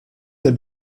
der